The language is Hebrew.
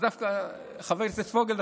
אז דווקא חבר הכנסת פוגל,